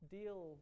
deal